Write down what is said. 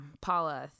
Paula